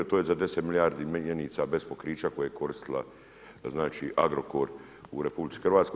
To je za 10 milijardi mjenica bez pokrića koje je koristila znači, Agrokor u RH.